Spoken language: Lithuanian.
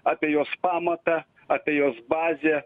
apie jos pamatą apie jos bazę